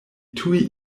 tuj